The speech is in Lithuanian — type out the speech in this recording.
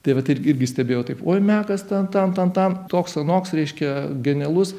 tai vat ir irgi stebėjau taip oi mekas ten tam tam tam toks anoks reiškia genialus